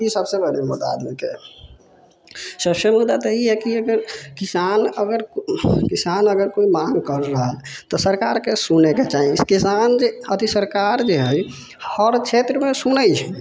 ई सबसे बड़ी मुद्दा आदमी के सबसे मुद्दा तऽ ई अइ की अगर किसान अगर किसान अगर कोइ माँग कर रहल तऽ सरकार के सुनै के चाही किसान जे अथि सरकार जे है हर क्षेत्र मे सुनै छै